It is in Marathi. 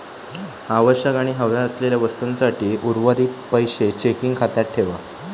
आवश्यक आणि हव्या असलेल्या वस्तूंसाठी उर्वरीत पैशे चेकिंग खात्यात ठेवा